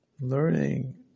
learning